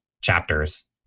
chapters